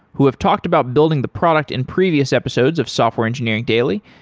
who have talked about building the product in previous episodes of software engineering daily,